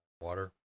water